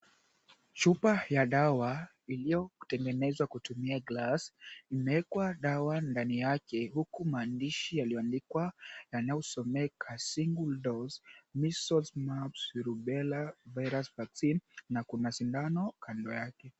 Chupa ya dawa iliyotengenezwa kutumia glasi, imeekwa dawa ndani yake huku maandishi yaliyoandikwa yanayosomeka, Single Dose Measles Mumps Rubela Virus Vaccine na kuna sindano kando yake.